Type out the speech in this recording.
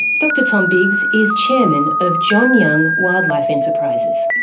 dr tom biggs is chairman of john young wildlife enterprises.